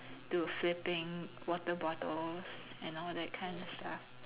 to a flipping water bottles and all that kind of stuff